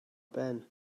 ben